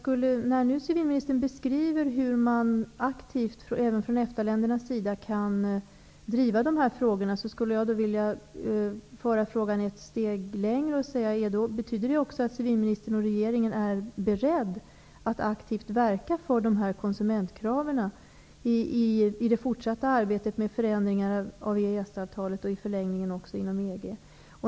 När nu civilministern beskriver hur man även från EFTA-ländernas sida aktivt kan driva de här frågorna, skulle jag vilja föra frågan ännu ett steg. Betyder det att civilministern och regeringen är beredda att aktivt verka för de här konsumentkraven i det fortsatta arbetet med förändringar av EES-avtalet och i förlängningen också inom EG?